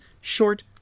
short